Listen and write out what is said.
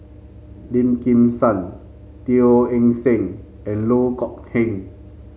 Lim Kim San Teo Eng Seng and Loh Kok Heng